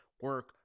Work